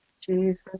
Jesus